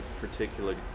particularly